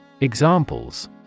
Examples